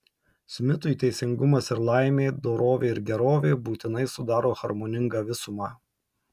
smitui teisingumas ir laimė dorovė ir gerovė būtinai sudaro harmoningą visumą